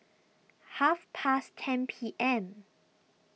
half past ten P M